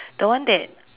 the one that